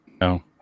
No